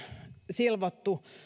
silvottu